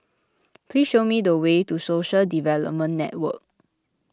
please show me the way to Social Development Network